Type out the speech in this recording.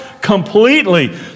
completely